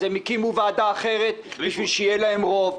אז הם הקימו ועדה אחרת בשביל שיהיה להם רוב.